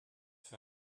für